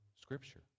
Scripture